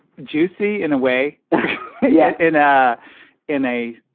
juicy in a way yeah, in a in a.